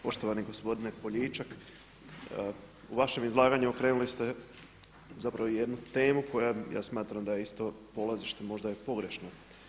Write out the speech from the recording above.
Poštovani gospodine Poljičak u vašem izlaganju krenuli ste, zapravo jednu temu koja ja smatram da je isto polazište možda je pogrešno.